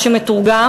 מה שמתורגם